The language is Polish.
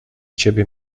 ciebie